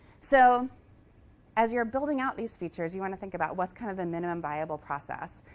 so as you're building out these features, you want to think about what's kind of the minimum viable process.